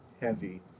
heavy